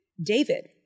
David